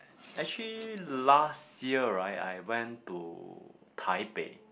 actually last year right I went to Taipei